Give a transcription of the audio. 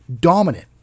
dominant